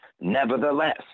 Nevertheless